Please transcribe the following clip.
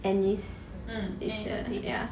anaesthesia and ya